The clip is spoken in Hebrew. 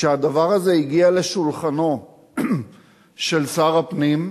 כשהדבר הזה הגיע לשולחנו של שר הפנים,